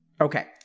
Okay